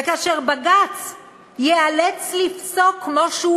וכאשר בג"ץ ייאלץ לפסוק, כמו שהוא